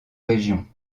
régions